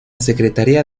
secretaría